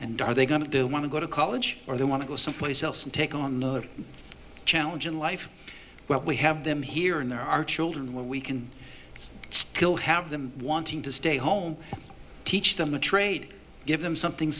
and are they going to do want to go to college or they want to go someplace else and take on another challenge in life well we have them here and there are children where we can still have them wanting to stay home teach them a trade give them something